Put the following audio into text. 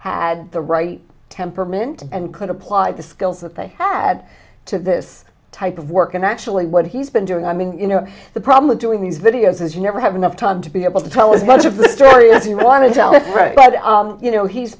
had the right temperament and could apply the skills that they had to this type of work and actually what he's been doing i mean you know the problem with doing these videos is you never have enough time to be able to tell it what is the story you want to tell you know he's